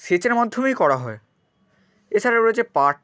সেচের মাধ্যমেই করা হয় এছাড়াও রয়েছে পাট